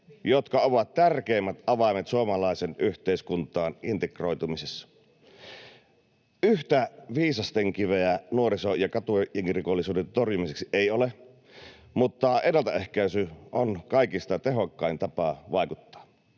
jotka ovat tärkeimmät avaimet suomalaiseen yhteiskuntaan integroitumisessa. Yhtä viisastenkiveä nuoriso- ja katujengirikollisuuden torjumiseksi ei ole, mutta ennaltaehkäisy on kaikista tehokkain tapa vaikuttaa.